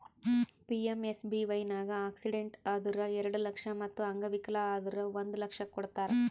PMSBY ನಾಗ್ accident ಆದುರ್ ಎರಡು ಲಕ್ಷ ಮತ್ ಅಂಗವಿಕಲ ಆದುರ್ ಒಂದ್ ಲಕ್ಷ ಕೊಡ್ತಾರ್